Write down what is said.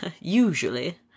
Usually